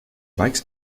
bikes